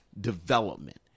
development